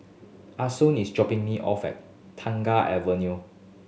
Ason is dropping me off at Tengah Avenue